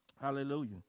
Hallelujah